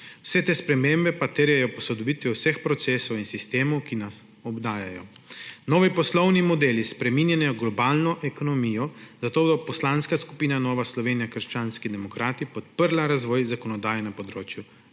Vse te spremembe pa terjajo posodobitev vseh procesov in sistemov, ki nas obdajajo. Novi poslovni modeli spreminjajo globalno ekonomijo, zato bo Poslanska skupina Nova Slovenija – krščanski demokrati podprla razvoj zakonodaje na področju